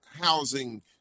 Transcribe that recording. housing